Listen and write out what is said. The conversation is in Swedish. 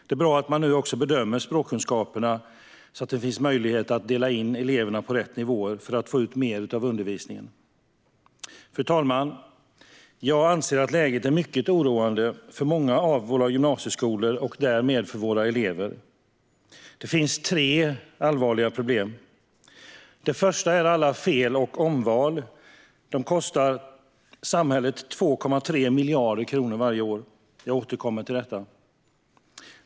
Det är bra att man nu också bedömer språkkunskaperna, så att det finns möjlighet att dela in eleverna på rätt nivåer så att de får ut mer av undervisningen. Fru talman! Jag anser att läget är mycket oroande för många av våra gymnasieskolor och därmed för våra elever. Det finns tre allvarliga problem. Det första är alla fel och omval. De kostar samhället 2,3 miljarder kronor varje år - jag återkommer till detta.